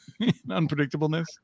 unpredictableness